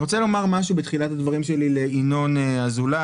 אני רוצה לומר משהו בתחילת הדברים שלי לינון אזולאי.